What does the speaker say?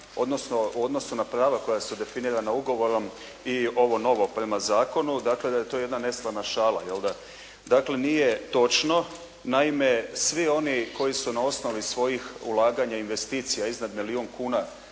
odnosu na prava koja su definirana ugovorom i ovo novo prema zakonu dakle da je to jedna neslana šala, jelda. Dakle nije točno. Naime svi oni koji su na osnovi svojih ulaganja, investicija iznad milijun kuna